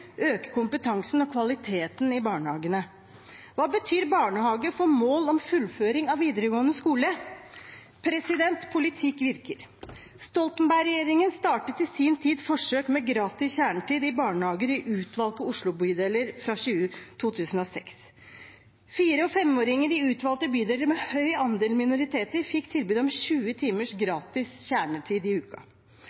øke kompetansen og kvaliteten i barnehagene. Hva betyr barnehage for mål om fullføring av videregående skole? Politikk virker. Stoltenberg-regjeringen startet i sin tid forsøk med gratis kjernetid i barnehager i utvalgte Oslo-bydeler fra 2006. 4- og 5-åringer i utvalgte bydeler med høy andel minoriteter fikk tilbud om 20